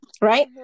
right